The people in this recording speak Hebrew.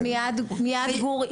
אז מייד גור יפרט.